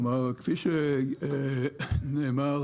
כפי שנאמר